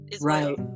Right